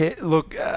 Look